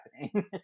happening